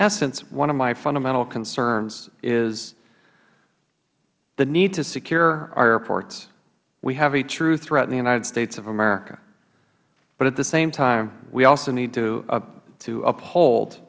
essence one of my fundamental concerns is the need to secure our airports we have a true threat in the united states of america but at the same time we also need to u